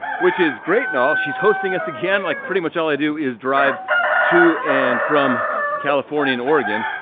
which is great and all. she's hosting us again like pretty much all i do is drive to and from california and oregon.